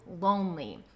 lonely